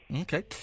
Okay